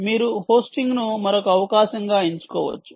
మీరు హోస్టింగ్ను మరొక అవకాశంగా ఎంచుకోవచ్చు